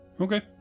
Okay